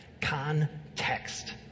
Context